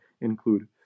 include